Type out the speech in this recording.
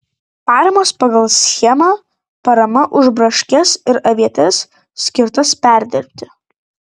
paramos pagal schemą parama už braškes ir avietes skirtas perdirbti